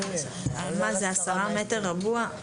זה 10 מטרים רבועים?